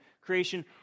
creation